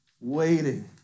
waiting